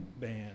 band